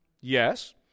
Yes